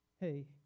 Hey